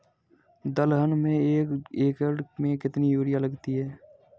दलहन में एक एकण में कितनी यूरिया लगती है?